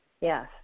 Yes